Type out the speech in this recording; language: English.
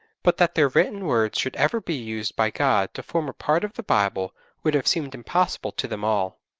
but that their written words should ever be used by god to form a part of the bible would have seemed impossible to them all.